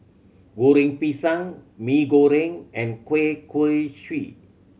Goreng Pisang Mee Goreng and kueh kosui